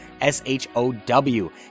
S-H-O-W